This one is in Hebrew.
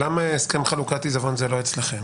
ולמה הסכם חלוקת עיזבון זה לא אצלכם